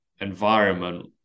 environment